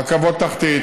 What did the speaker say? רכבות תחתית,